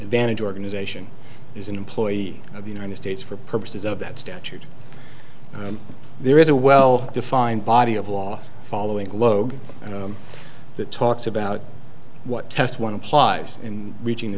vantage organization is an employee of the united states for purposes of that statute and there is a well defined body of law following globe that talks about what test one applies in reaching the